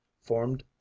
formed